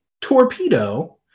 torpedo